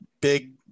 big